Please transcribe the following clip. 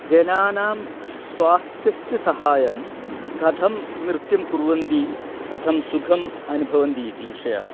जनानां स्वास्थ्यस्य सहाय्यं कथं नृत्यं कुर्वन्ति कथं सुखम् अनुभवन्तीति विषयः